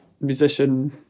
musician